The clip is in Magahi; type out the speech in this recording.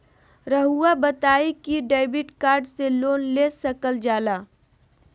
रहुआ बताइं कि डेबिट कार्ड से लोन ले सकल जाला?